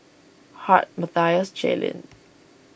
Hart Mathias Jaelynn